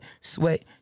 sweat